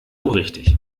richtig